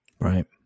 Right